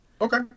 Okay